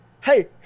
hey